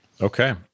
Okay